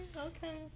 okay